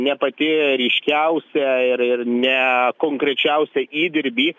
ne pati ryškiausia ir ir ne konkrečiausią įdirbį